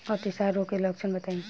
अतिसार रोग के लक्षण बताई?